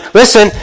listen